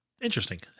Interesting